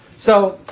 so